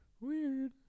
Weird